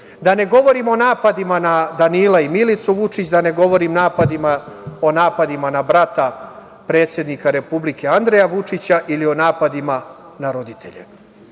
Da ne govorim o napadima na Danila i Milicu Vučić, da ne govorim o napadima na brata predsednika Republike Andreja Vučića ili o napadima na roditelje.